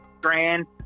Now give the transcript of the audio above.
grand